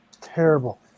terrible